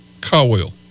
Cowell